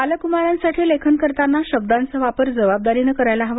बालक्मारांसाठी लेखन करताना शब्दांचा वापर जबाबदारीने करायला हवा